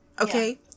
Okay